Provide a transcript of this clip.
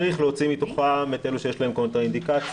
צריך להוציא מתוכם את אלה שכבר יש להם את האינדיקציות,